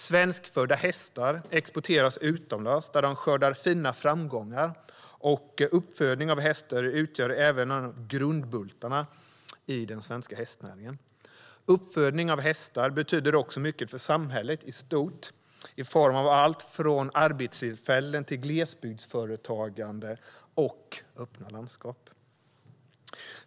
Svenskfödda hästar exporteras utomlands, där de skördar fina framgångar, och uppfödning av hästar utgör även en av grundbultarna i den svenska hästnäringen. Uppfödning av hästar betyder också mycket för samhället i stort i form av allt från arbetstillfällen till glesbygdsföretagande och öppna landskap.